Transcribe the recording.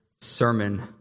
sermon